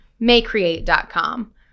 Maycreate.com